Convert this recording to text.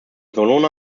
solana